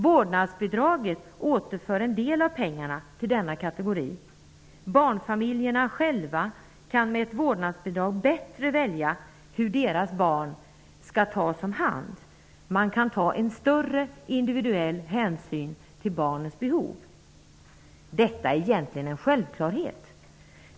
Vårdnadsbidraget återför en del av pengarna till denna kategori. Barnfamiljerna själva kan med ett vårdnadsbidrag bättre välja hur deras barn skall tas om hand. Man kan ta större individuell hänsyn till barnens behov. Detta är egentligen en självklarhet.